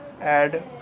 add